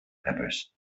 peppers